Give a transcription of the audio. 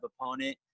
opponent